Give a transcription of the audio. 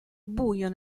buio